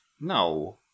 No